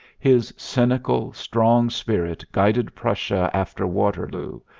his cynical, strong spirit guided prussia after waterloo,